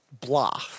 blah